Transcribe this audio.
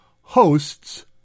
hosts